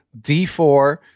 d4